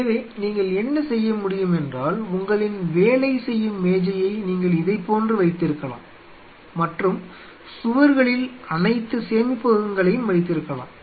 எனவே நீங்கள் என்ன செய்ய முடியும் என்றால் உங்களின் வேலை செய்யும் மேஜையை நீங்கள் இதைப்போன்று வைத்திருக்கலாம் மற்றும் சுவர்களில் அனைத்து சேமிப்பகங்களையும் வைத்திருக்கலாம்